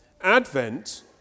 Advent